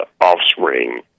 offspring